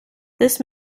this